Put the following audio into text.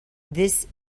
this